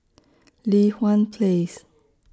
Li Hwan Place